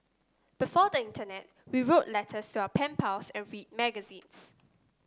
before the internet we wrote letters to our pen pals and read magazines